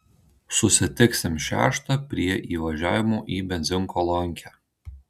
susitiksim šeštą prie įvažiavimo į benzinkolonkę